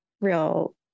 real